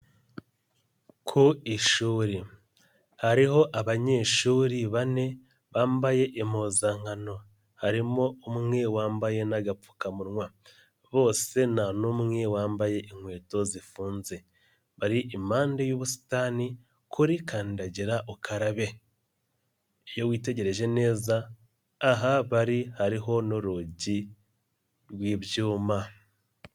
Ku ishuri, hariho abanyeshuri bane bambaye impuzankano, harimo umwe wambaye n'agapfukamunwa, bose ntanumwe wambaye inkweto zifunze, bari impande y'ubusitani kuri kandagira ukarabe, iyo witegereje neza, aha bari hariho n'urugi rw'ibyuma.